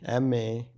MA